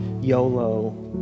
YOLO